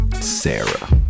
Sarah